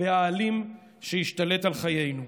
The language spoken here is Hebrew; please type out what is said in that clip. והאלים שהשתלט על חיינו.